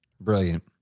Brilliant